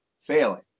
failing